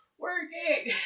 Working